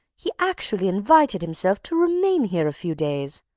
he actually invited himself to remain here a few days.